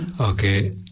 Okay